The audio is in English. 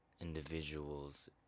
individuals